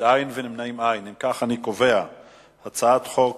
ההצעה להעביר את הצעת חוק